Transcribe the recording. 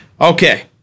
okay